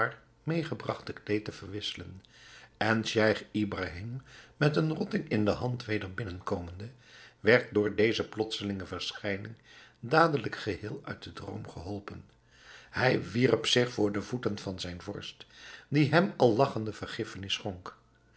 medegebragte kleed te verwisselen en scheich ibrahim met een rotting in de hand weder binnenkomende werd door deze plotselinge verschijning dadelijk geheel uit den droom geholpen hij wierp zich voor de voeten van zijn vorst die hem al lagchende vergiffenis schonk